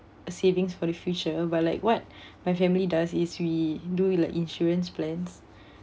a savings for the future but like what my family does is we do like insurance plans